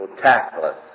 tactless